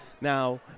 Now